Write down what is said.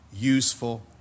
useful